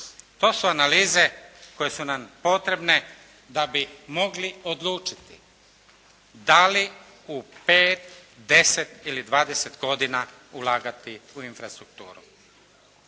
To su analize koje su nam potrebne da bi mogli odlučiti da li u 5, 10 ili 20 godina ulagati u infrastrukturu.